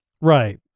Right